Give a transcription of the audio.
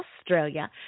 Australia